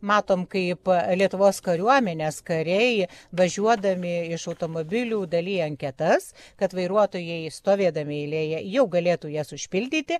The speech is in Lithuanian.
matom kaip lietuvos kariuomenės kariai važiuodami iš automobilių dalija anketas kad vairuotojai stovėdami eilėje jau galėtų jas užpildyti